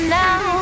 now